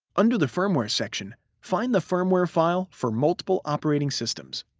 under the firmware section, find the firmware file for multiple operating systems.